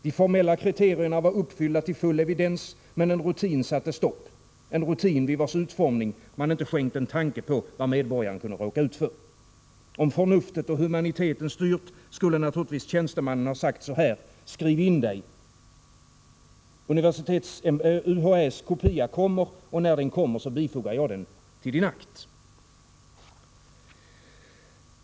De formella kriterierna var uppfyllda till full evidens, men en rutin satte stopp — en rutin i vars utformning man inte skänkt en tanke åt vad medborgaren kunde råka ut för. Om förnuftet och humaniteten styrt, skulle naturligtvis tjänstemannen ha sagt så här: Skriv in dig! UHÄ:s kopia kommer, och när den kommer bifogar jag den till din akt.